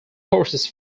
courses